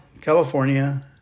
California